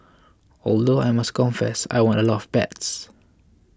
although I must confess I won a lot of bets